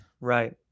Right